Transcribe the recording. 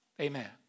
Amen